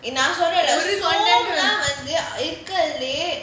நான் சொல்றேன்ல வந்து இருக்குறதுலயே:naan solraenla vanthu irukurathulayae